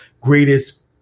greatest